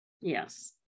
Yes